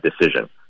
decision